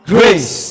Grace